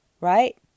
right